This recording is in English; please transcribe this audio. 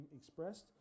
expressed